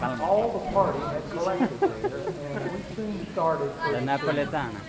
all the party had collected there, and we soon started for the steamer.